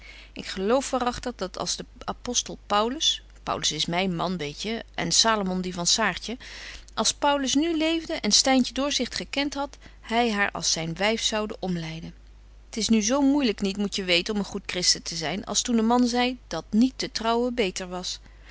ik geloof waaragtig dat als de apostel paulus paulus is myn man weetje en salomon die van saartje als paulus nu leefde en styntje doorzicht gekent hadt hy haar als zyn wyf zoude omleiden t is nu zo moeilyk niet moet je weten om een goed christen te zyn als toen de man zei dat niet te trouwen beter was